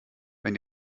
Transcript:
wenn